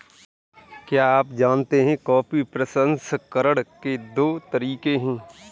क्या आप जानते है कॉफी प्रसंस्करण के दो तरीके है?